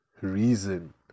reason